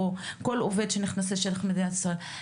כל עובד שנכנס למדינת ישראל,